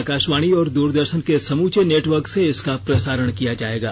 आकाशवाणी और दूरदर्शन के समूचे नेटवर्क से इसका प्रसारण किया जाएगा